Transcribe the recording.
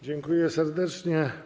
Dziękuję serdecznie.